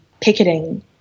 picketing